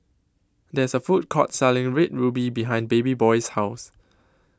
There IS A Food Court Selling Red Ruby behind Babyboy's House